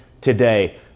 today